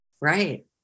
right